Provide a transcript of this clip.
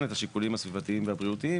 את השיקולים הסביבתיים והבריאותיים,